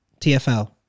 TFL